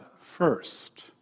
first